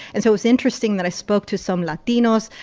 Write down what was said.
and so it was interesting that i spoke to some latinos.